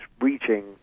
reaching